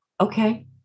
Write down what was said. Okay